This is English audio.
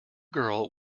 girl